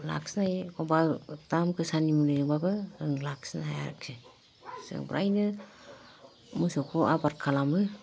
लाखिनो हायो एखमबा दाम गोसानि मुलिजोंबाबो जों लाखिनो हाया आरखि जों ब्रायनो मोसौखौ आबाद खालामो